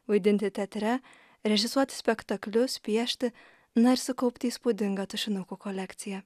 vaidinti teatre režisuoti spektaklius piešti na ir sukaupti įspūdingą tušinukų kolekciją